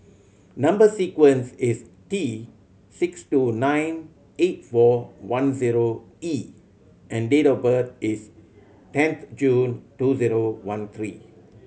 number sequence is T six two nine eight four one zero E and date of birth is tenth June two zero one three